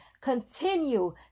Continue